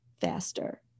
faster